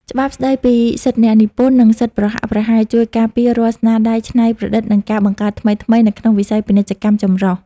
ច្បាប់ស្ដីពីសិទ្ធិអ្នកនិពន្ធ និងសិទ្ធិប្រហាក់ប្រហែល ជួយការពាររាល់ស្នាដៃច្នៃប្រឌិត និងការបង្កើតថ្មីៗនៅក្នុងវិស័យពាណិជ្ជកម្មចម្រុះ។